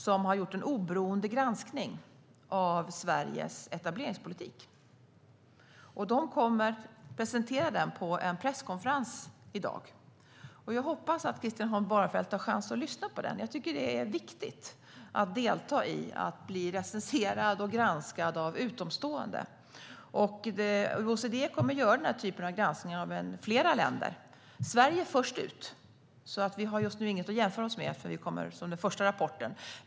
De har gjort en oberoende granskning av Sveriges etableringspolitik och kommer att presentera denna på en presskonferens i dag. Jag hoppas att Christian Holm Barenfeld tar chansen att lyssna på den. Jag tycker att det är viktigt att bli recenserad och granskad av utomstående. OECD kommer att göra den här typen av granskningar av flera länder, men Sverige är först ut. Vi har just nu inget att jämföra oss med, eftersom rapporten om oss är den första.